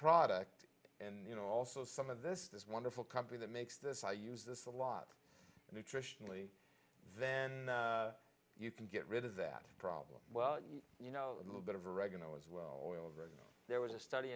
product and also some of this wonderful company that makes this i use this a lot nutritionally then you can get rid of that problem well you know a little bit of oregano as well there was a study